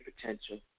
potential